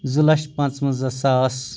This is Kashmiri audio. زٕ لچھ پنٛژونزہ ساس